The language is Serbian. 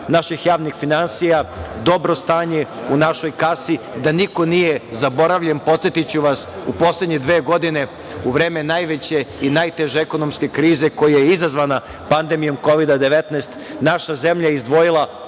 naših javnih finansija, dobro stanje u našoj kasi, da niko nije zaboravljen. Podsetiću vas u poslednje dve godine u vreme najveće i najteže ekonomske krize koja je izazvana pandemijom Kovida – 19, naša zemlja je izdvojila